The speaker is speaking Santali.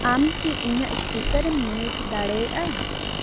ᱟᱢ ᱠᱤ ᱤᱧᱟᱹᱜ ᱥᱯᱤᱠᱟᱨᱮᱢ ᱢᱤᱭᱩᱴ ᱫᱟᱲᱮᱭᱟᱜᱼᱟ